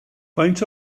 faint